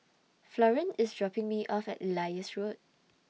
Florian IS dropping Me off At Elias Road